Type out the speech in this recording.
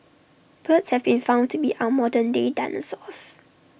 birds have been found to be our modern day dinosaurs